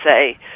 say